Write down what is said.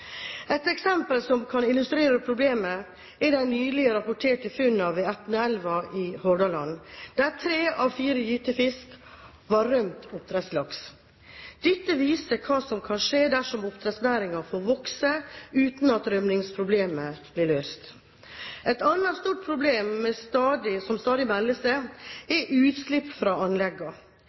Et eksempel som kan illustrere problemet, er de nylig rapporterte funnene ved Etneelva i Hordaland, der tre av fire gytefisk var rømt oppdrettslaks. Dette viser hva som kan skje dersom oppdrettsnæringen får vokse uten at rømmingsproblemet blir løst. Et annet stort problem som stadig melder seg, er utslipp fra anleggene. Dette består hovedsakelig av fôrspill og